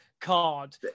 card